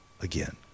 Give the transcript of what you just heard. again